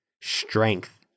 strength